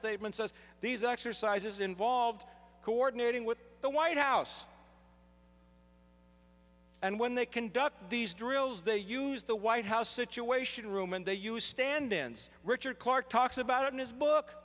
statement says these exercises involved coordinating with the white house and when they conduct these drills they use the white house situation room and they use stand ins richard clarke talks about it in his book